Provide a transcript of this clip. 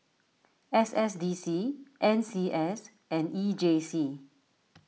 S S D C N C S and E J C